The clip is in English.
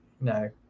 No